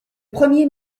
premier